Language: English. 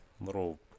little